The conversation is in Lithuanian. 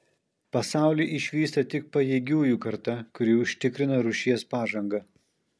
pasaulį išvysta tik pajėgiųjų karta kuri užtikrina rūšies pažangą